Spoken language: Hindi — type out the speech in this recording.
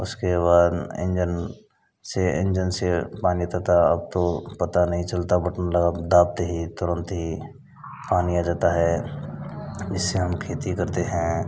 उसके बाद इंजन से इंजन से पानी तथा तो अब तो पता नहीं चलता अब तो बटन दबाते ही तुरन्त ही पानी आ जाता है इससे हम खेती करते हैं